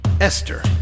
Esther